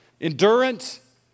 Endurance